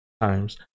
times